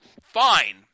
fine